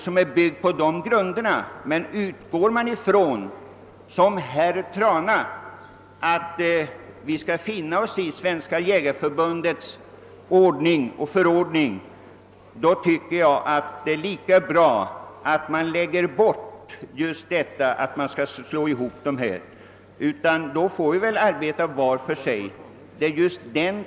Men om man, som herr Trana gör, utgår från att vi skall finna oss i vad Svenska jägareförbundet bestämmer, tycker jag att det är lika bra att man överger tanken på att slå ihop organisationerna. Då får vi väl arbeta var och en för sig.